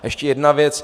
A ještě jedna věc.